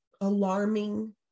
alarming